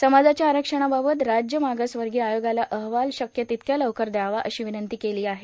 समाजाच्या आरक्षणाबाबत राज्य मागासवर्गीय आयोगाला अहवाल शक्य तितक्या लवकर द्यावा अशी विनंती केली आहे